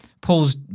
Paul's